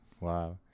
wow